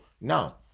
now